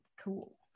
Cool